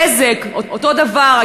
"בזק" אותו דבר,